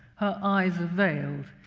her eyes are veiled,